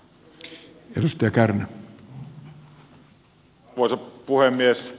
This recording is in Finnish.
arvoisa puhemies